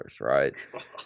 right